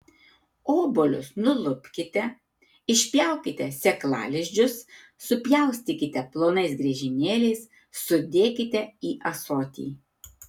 obuolius nulupkite išpjaukite sėklalizdžius supjaustykite plonais griežinėliais sudėkite į ąsotį